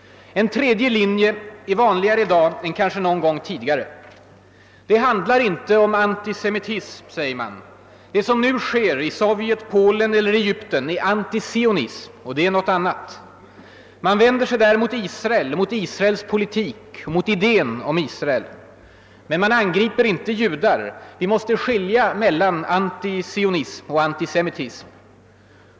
En tredje linje är vanligare i dag än kanske någon gång tidigare. Det handlar inte om antisemitism, säger man; det som nu sker i Sovjet, Polen eller Egypten är antisionism, och det är något annat. Man vänder sig där mot Israel och Israels politik och idén om Israel. Men man angriper inte »judar« — vi måste skilja mellan antisemitism och antisionism.